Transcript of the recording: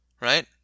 right